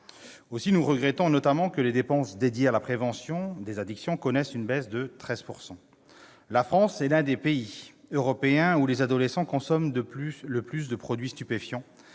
Aussi regrettons-nous, notamment, que les dépenses dédiées à la prévention des addictions connaissent une baisse de 13 %. La France est l'un des pays européens où les adolescents consomment le plus de produits stupéfiants